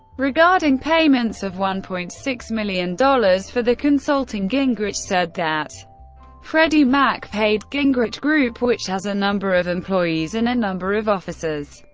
regarding payments of one point six million dollars for the consulting, gingrich said that freddie mac paid gingrich group, which has a number of employees and a number of offices,